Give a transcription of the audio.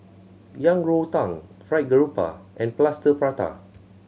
Yang Rou Tang Fried Garoupa and Plaster Prata